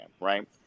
Right